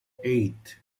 eight